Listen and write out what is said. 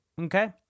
Okay